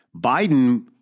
Biden